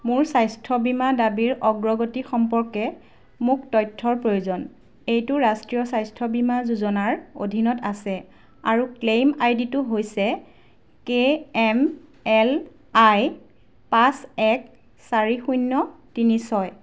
মোৰ স্বাস্থ্য বীমা দাবীৰ অগ্ৰগতি সম্পৰ্কে মোক তথ্যৰ প্ৰয়োজন এইটো ৰাষ্ট্ৰীয় স্বাস্থ্য বীমা যোজনাৰ অধীনত আছে আৰু ক্লেইম আই ডি টো হৈছে কে এম এল আই পাঁচ এক চাৰি শূন্য তিনি ছয়